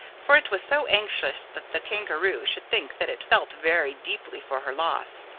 for it was so anxious that the kangaroo should think that it felt very deeply for her loss.